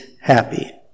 happy